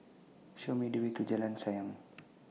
Show Me The Way to Jalan Sayang